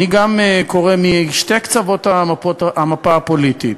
אני גם קורא משני קצות המפה הפוליטית: